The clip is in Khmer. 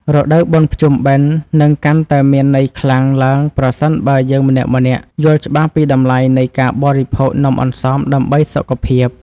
រដូវបុណ្យភ្ជុំបិណ្ឌនឹងកាន់តែមានន័យខ្លាំងឡើងប្រសិនបើយើងម្នាក់ៗយល់ច្បាស់ពីតម្លៃនៃការបរិភោគនំអន្សមដើម្បីសុខភាព។